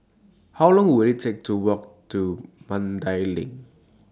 How Long Will IT Take to Walk to Mandai LINK